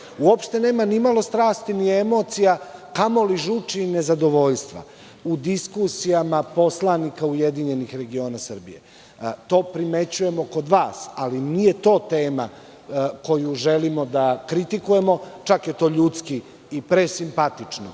nema ni malo strasti ni emocija, kamo li žuči i nezadovoljstva, u diskusijama poslanika URS.To primećujemo kod vas, ali nije to tema koju želimo da kritikujemo. Čak je to ljudski i presimpatično